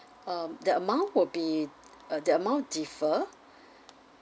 um the amount would be uh the amount differ